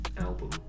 album